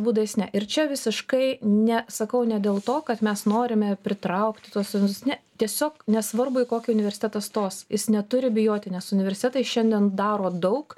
būdais ne ir čia visiškai ne sakau ne dėl to kad mes norime pritraukti tuos visus ne tiesiog nesvarbu į kokį universitetą stos jis neturi bijoti nes universitetai šiandien daro daug